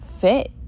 fit